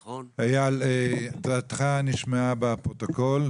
אייל, דעתך נשמעה בפרוטוקול.